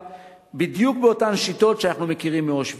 בדיוק באותן שיטות שאנחנו מכירים מאושוויץ.